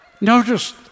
Notice